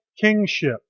kingship